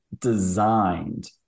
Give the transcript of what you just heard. designed